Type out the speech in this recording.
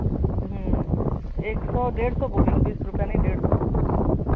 एक सौ डेढ़ सौ बोली हूँ बीस रुपये नहीं डेढ़ सौ